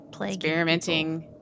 experimenting